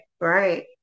right